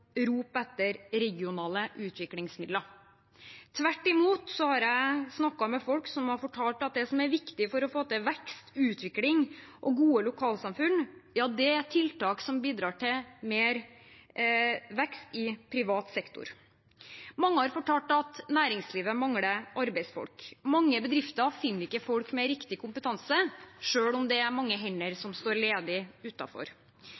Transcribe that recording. rop etter regionale utviklingsmidler. Tvert imot har jeg snakket med folk som har fortalt at det som er viktig for å få til vekst, utvikling og gode lokalsamfunn, er tiltak som bidrar til mer vekst i privat sektor. Mange har fortalt at næringslivet mangler arbeidsfolk. Mange bedrifter finner ikke folk med riktig kompetanse, selv om det er mange hender